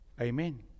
Amen